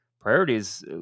priorities